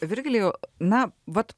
virgilijau na vat